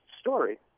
story